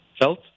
felt